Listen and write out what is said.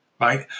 right